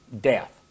death